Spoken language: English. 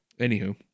Anywho